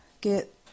get